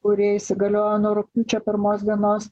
kurie įsigaliojo nuo rugpjūčio pirmos dienos